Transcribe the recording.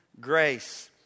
grace